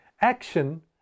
Action